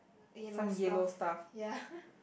yellow stuff ya